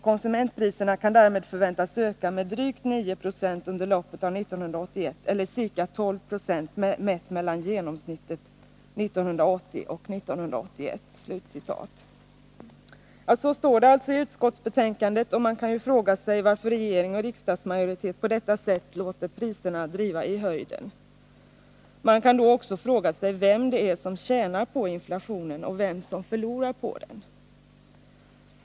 Konsumentpriserna kan därmed förväntas öka med drygt 9 96 under loppet av år 1981, eller ca 12 96 mätt mellan genomsnitten 1980 och 1981.” Ja, så står det alltså i utskottsbetänkandet, och man kan ju fråga sig varför regering och riksdagsmajoritet på detta sätt låter priserna drivas i höjden. Man kan också fråga sig vem det är som tjänar på inflationen och vem som förlorar på den.